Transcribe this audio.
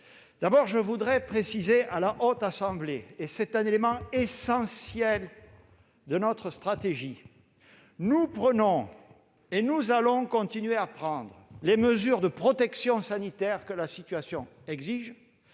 économique, je précise à la Haute Assemblée- c'est un élément essentiel de notre stratégie -que nous prenons et allons continuer à prendre les mesures de protection sanitaire que la situation exige.